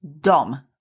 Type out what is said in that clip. Dom